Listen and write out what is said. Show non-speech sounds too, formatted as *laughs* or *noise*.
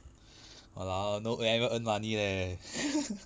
!walao! no I haven't earn money leh *laughs*